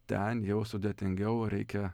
ten jau sudėtingiau reikia